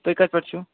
تُہۍ کَتہِ پٮ۪ٹھ چھِو